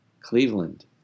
Cleveland